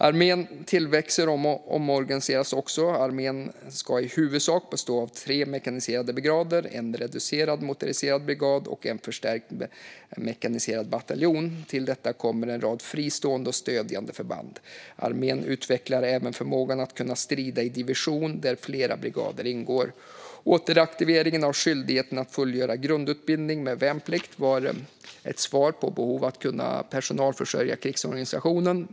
Armén tillväxer och omorganiseras också. Armén ska i huvudsak bestå av tre mekaniserade brigader, en reducerad motoriserad brigad och en förstärkt mekaniserad bataljon. Till detta kommer en rad fristående och stödjande förband. Armén utvecklar även förmågan att kunna strida i division där flera brigader ingår. Återaktiveringen av skyldigheten att fullgöra grundutbildning med värnplikt var ett svar på behovet av att kunna personalförsörja krigsorganisationen.